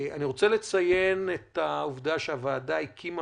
אני רוצה לציין את העובדה שהוועדה הקימה